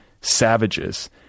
savages